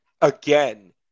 again